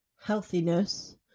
healthiness